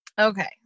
Okay